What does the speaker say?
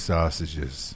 Sausages